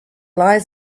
lies